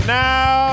now